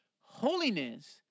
Holiness